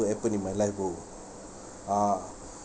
to happen in my life bro a'ah